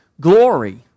glory